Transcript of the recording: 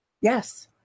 Yes